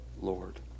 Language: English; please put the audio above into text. Lord